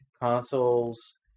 consoles